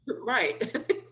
Right